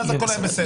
ואז הכול היה בסדר.